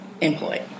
employed